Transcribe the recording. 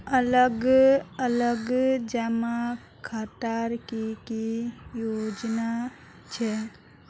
अलग अलग जमा खातार की की योजना छे?